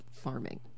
farming